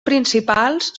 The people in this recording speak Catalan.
principals